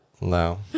no